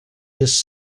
his